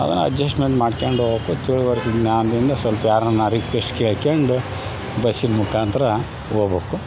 ಆಗ ನಾ ಅಜ್ಜೆಷ್ಸ್ಮೆಂಟ್ ಮಾಡ್ಕೆಂಡು ಹೋಗೋಕು ನಾನಿನ್ನು ಸೊಲ್ಪ ಯಾರ್ನಾರು ರಿಕ್ಕೆಷ್ಟ್ ಕೇಳ್ಕೊಂಡು ಬಸ್ಸಿನ ಮುಖಾಂತ್ರ ಹೋಗ್ಬೋಕು